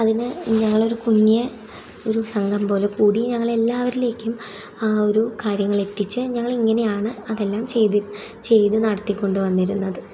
അതിന് ഞങ്ങളൊരു കുഞ്ഞ് ഒരു സംഘം പോലെ കൂടി ഞങ്ങളെല്ലാവരിലേക്കും ആ ഒരു കാര്യങ്ങൾ എത്തിച്ച് ഞങ്ങൾ ഇങ്ങനെയാണ് അതെല്ലാം ചെയ്ത് ചെയ്ത് നടത്തി കൊണ്ട് വന്നിരുന്നത്